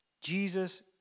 Jesus